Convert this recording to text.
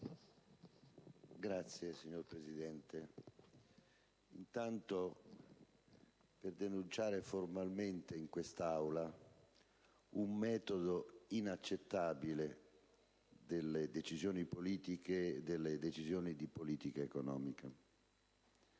Presidente, intervengo intanto per denunciare formalmente in quest'Aula un metodo inaccettabile delle decisioni politiche e delle decisioni di politica economica.